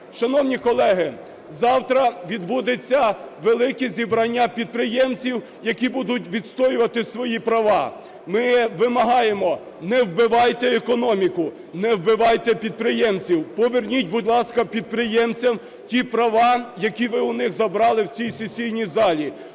Шановні колеги, завтра відбудеться велике зібрання підприємців, які будуть відстоювати свої права. Ми вимагаємо: не вбивайте економіку, не вбивайте підприємців. Поверніть, будь ласка, підприємцям ті права, які ви у них забрали в цій сесійній залі,